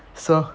so